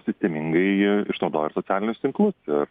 sistemingai išnaudoja ir socialinius tinklus ir